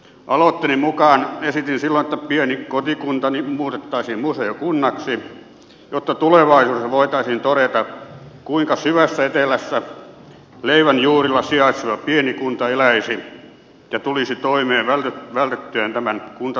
aloitteeni mukaan esitin silloin että pieni kotikuntani muutettaisiin museokunnaksi jotta tulevaisuudessa voitaisiin todeta kuinka syvässä etelässä leivän juurilla sijaitseva pieni kunta eläisi ja tulisi toimeen vältettyään tämän kuntasopan kuohut